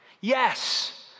Yes